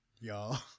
y'all